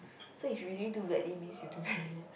so if you really do badly means you do badly